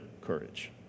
courage